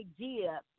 idea